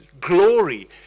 Glory